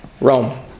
Rome